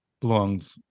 belongs